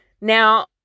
Now